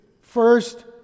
First